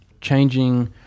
changing